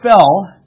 fell